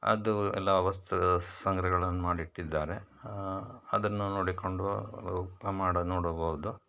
ಅದು ಎಲ್ಲ ವಸ್ತು ಸಂಗ್ರಹಗಳನ್ನು ಮಾಡಿಟ್ಟಿದ್ದಾರೆ ಅದನ್ನು ನೋಡಿಕೊಂಡು ಉಪ ಮಾಡ ನೋಡಬೌದು